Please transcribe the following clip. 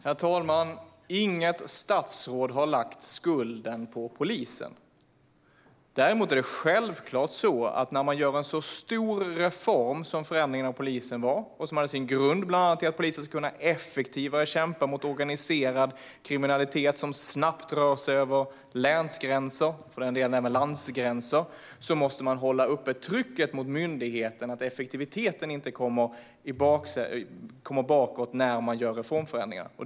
Herr talman! Inget statsråd har lagt skulden på polisen. Däremot är det självklart att när en så stor reform genomförs, som förändringen av polisen har inneburit, och som har haft sin grund i att polisen effektivare ska kunna kämpa mot organiserad kriminalitet som snabbt rör sig över länsgränser, och för den delen över landgränser, måste man hålla uppe trycket mot myndigheten så att effektiviteten inte går bakåt i samband med reformförändringen.